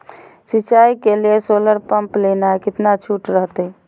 सिंचाई के लिए सोलर पंप लेना है कितना छुट रहतैय?